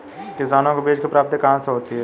किसानों को बीज की प्राप्ति कहाँ से होती है?